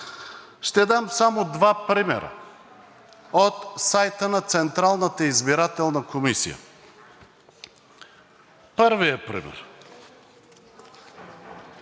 Ще дам само два примера от сайта на Централната избирателна комисия. Първият пример